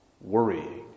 worrying